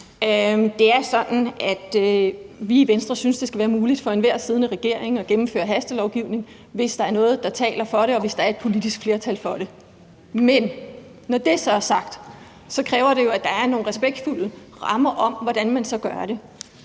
Det er sådan, at vi i Venstre synes, det skal være muligt for enhver siddende regering at gennemføre hastelovgivning, hvis der er noget, der taler for det, og hvis der er et politisk flertal for det. Men når det er sagt, kræver det jo, at der er nogle respektfulde rammer om, hvordan man så gør det.